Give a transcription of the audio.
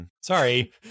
Sorry